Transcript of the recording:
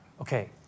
Okay